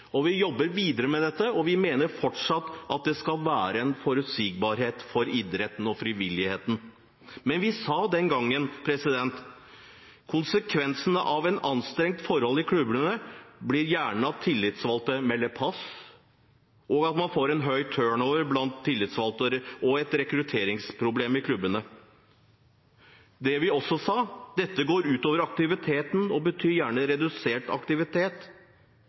nytt. Vi jobber videre med dette, og vi mener fortsatt at det skal være en forutsigbarhet for idretten og frivilligheten. Men vi sa den gangen: Konsekvensene av et anstrengt forhold i klubbene blir gjerne at tillitsvalgte melder pass, og at man får en høy turnover blant tillitsvalgte og et rekrutteringsproblem i klubbene. Det vi også sa, var at dette går ut over aktiviteten, og betyr gjerne redusert aktivitet.